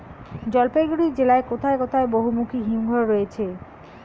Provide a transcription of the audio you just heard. জলপাইগুড়ি জেলায় কোথায় বহুমুখী হিমঘর রয়েছে?